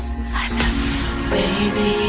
Baby